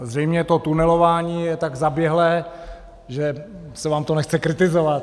Zřejmě to tunelování je tak zaběhlé, že se vám to nechce kritizovat.